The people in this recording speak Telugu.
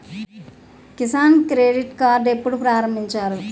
కిసాన్ క్రెడిట్ కార్డ్ ఎప్పుడు ప్రారంభించారు?